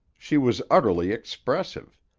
she was utterly expressive.